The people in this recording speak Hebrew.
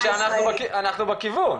אנחנו בכיוון.